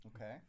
Okay